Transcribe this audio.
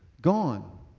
Gone